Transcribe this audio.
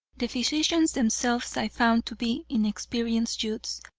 the physicians themselves i found to be inexperienced youths,